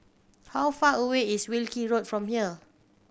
how far away is Wilkie Road from here